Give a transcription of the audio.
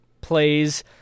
plays